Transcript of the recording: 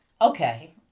Okay